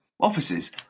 offices